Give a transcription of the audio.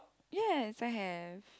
yes I have